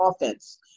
offense